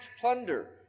plunder